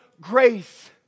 grace